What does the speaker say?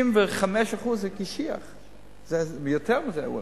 95% זה קשיח, יותר מזה אולי.